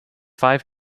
five